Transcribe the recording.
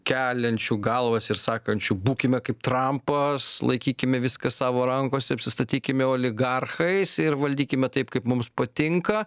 keliančių galvas ir sakančių būkime kaip trampas laikykime viską savo rankose apsistatykime oligarchais ir valdykime taip kaip mums patinka